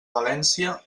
valència